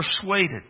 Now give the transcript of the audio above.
persuaded